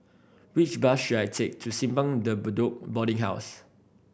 which bus should I take to Simpang De Bedok Boarding House